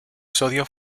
sodio